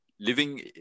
living